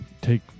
take